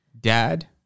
dad